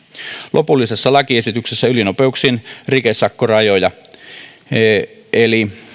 lopullisessa lakiesityksessä ylinopeuksien rikesakkoraja eli